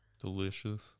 Delicious